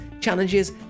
challenges